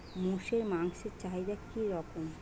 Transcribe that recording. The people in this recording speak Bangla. মোষের মাংসের চাহিদা কি রকম?